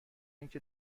اینکه